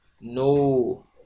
no